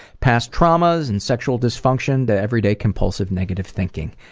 past traumas, and sexual dysfunction to everyday compulsive, negative thinking.